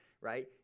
right